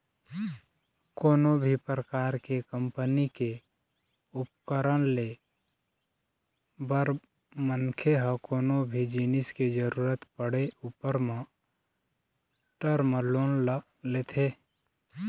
कोनो भी परकार के कंपनी के उपकरन ले बर मनखे ह कोनो भी जिनिस के जरुरत पड़े ऊपर म टर्म लोन ल लेथे